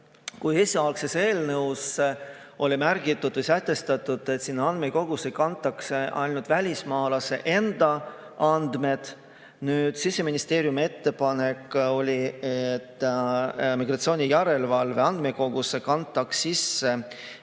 Esialgses eelnõus oli sätestatud, et sinna andmekogusse kantakse ainult välismaalase enda andmed, nüüd oli Siseministeeriumi ettepanek, et migratsioonijärelevalve andmekogusse kantaks mitte